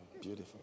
Beautiful